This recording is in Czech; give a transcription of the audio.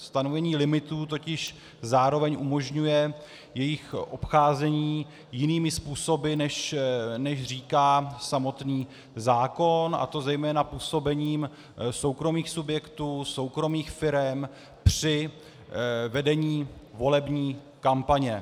Stanovení limitů totiž zároveň umožňuje jejich obcházení jinými způsoby, než říká samotný zákon, a to zejména působením soukromých subjektů, soukromých firem při vedení volební kampaně.